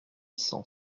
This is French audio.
cent